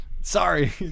Sorry